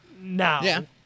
now